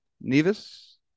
Nevis